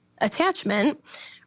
attachment